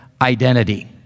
identity